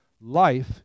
Life